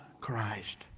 Christ